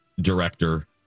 director